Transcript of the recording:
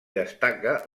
destaca